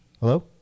Hello